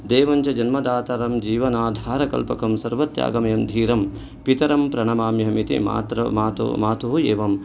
देवञ्च जन्मदातरं जीवनाधारकल्पकं सर्वत्यागमेव धीरं पितरं प्रणमाम्यहम् इति मातर मातौ मातुः एवं